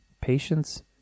Patience